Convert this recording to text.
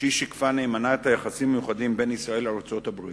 שהיא שיקפה נאמנה את היחסים המיוחדים בין ישראל לארצות-הברית,